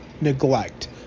Neglect